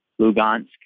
Lugansk